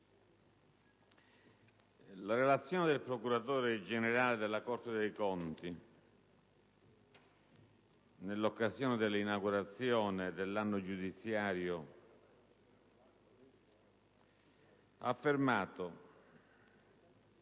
la relazione del Procuratore generale della Corte dei conti, svolta in occasione della inaugurazione dell'anno giudiziario in data